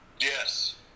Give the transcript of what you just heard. Yes